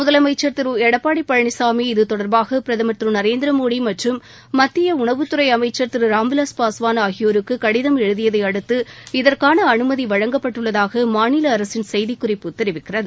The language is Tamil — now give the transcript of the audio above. முதலமைச்சர் திரு எடப்பாடி பழனிசாமி இதுதொடர்பாக பிரதமர் திரு நரேந்திரமோடி மற்றும் மத்திய உணவுத் துறை அமைச்சர் திரு ராம்விலாஸ் பாஸ்வான் ஆகியோருக்கு ஷடதம் எழுதியதை அடுத்து இதற்கான அனுமதி வழங்கப்பட்டுள்ளதாக மாநில அரசின் செய்திக் குறிப்பு தெரிவிக்கிறது